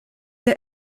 der